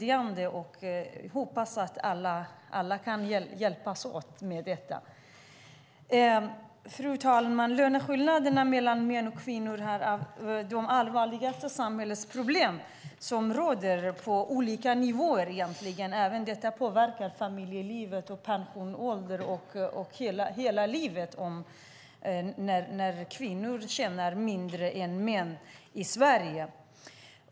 Jag hoppas att alla kan hjälpas åt med detta. Det vore glädjande. Fru talman! Löneskillnaderna mellan män och kvinnor är ett av de allvarligaste samhällsproblemen på olika nivåer. Det påverkar familjelivet, pensionsåldern och hela livet när kvinnor tjänar mindre än män i Sverige.